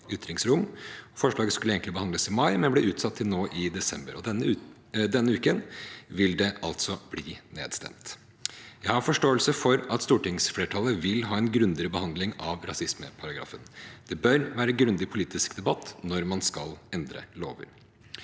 Forslaget skulle egentlig vært behandlet i mai, men ble utsatt til nå i desember, og nå vil det altså bli nedstemt. Jeg har forståelse for at stortingsflertallet vil ha en grundigere behandling av rasismeparagrafen. Det bør være en grundig politisk debatt når man skal endre lover.